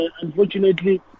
unfortunately